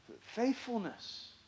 Faithfulness